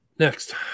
Next